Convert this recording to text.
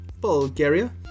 Bulgaria